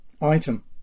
Item